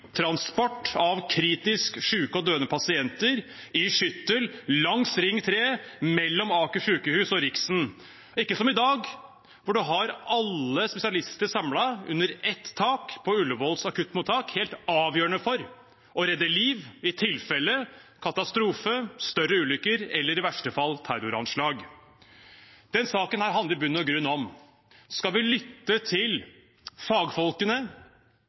transport av kritisk syke og døende pasienter i skyttel langs Ring 3 mellom Aker sykehus og Riksen – ikke som i dag, da man har alle spesialister samlet under ett tak på Ullevåls akuttmottak, noe som er helt avgjørende for å redde liv i tilfelle katastrofe, større ulykker eller i verste fall terroranslag. Denne saken handler i bunn og grunn om: Skal vi lytte til fagfolkene,